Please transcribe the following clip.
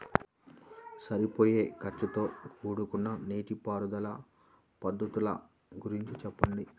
సరిపోయే ఖర్చుతో కూడుకున్న నీటిపారుదల పద్ధతుల గురించి చెప్పండి?